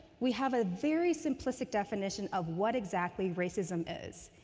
we have a very simplistic definition of what exactly racism is.